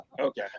Okay